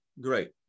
Great